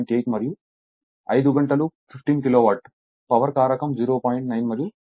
8 మరియు 5 గంటలు 15 kilowatt power కారకం 0